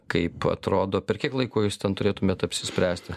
kaip atrodo per kiek laiko jūs ten turėtumėt apsispręsti